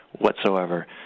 whatsoever